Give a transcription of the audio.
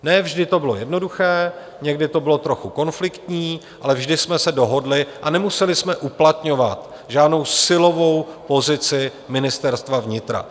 Ne vždy to bylo jednoduché, někdy to bylo trochu konfliktní, ale vždy jsme se dohodli a nemuseli jsme uplatňovat žádnou silovou pozici Ministerstva vnitra.